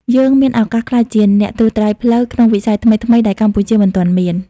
យើងមានឱកាសក្លាយជា "អ្នកត្រួសត្រាយផ្លូវ" ក្នុងវិស័យថ្មីៗដែលកម្ពុជាមិនទាន់មាន។